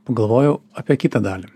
pagalvojau apie kitą dalį